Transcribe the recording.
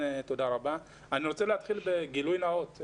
אני רוצה להתחיל בגילוי נאות.